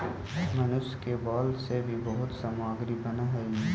मनुष्य के बाल से भी बहुत सामग्री बनऽ हई